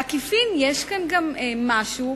בעקיפין, יש כאן משהו,